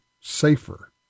safer